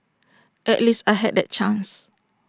at least I had that chance